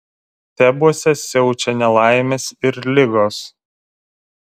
tebuose siaučia nelaimės ir ligos